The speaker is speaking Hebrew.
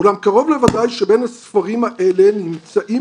אולם קרוב לוודאי שבין הספרים האלה נמצאים